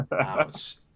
ouch